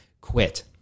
quit